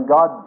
God